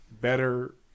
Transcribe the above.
better